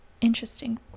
Interesting